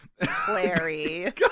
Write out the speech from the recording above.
Clary